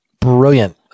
Brilliant